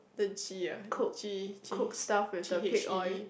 the Ghee ah Ghee Ghee g_h_e_e